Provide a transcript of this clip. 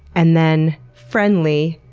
and then friendly,